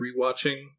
rewatching